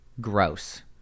gross